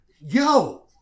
yo